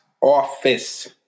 office